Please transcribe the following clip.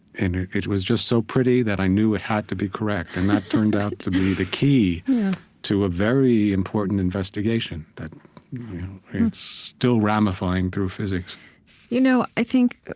and it was just so pretty that i knew it had to be correct, and that turned out to be the key to a very important investigation that it's still ramifying through physics you know i think,